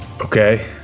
Okay